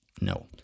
no